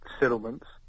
settlements